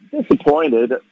Disappointed